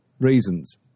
reasons